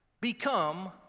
become